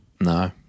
No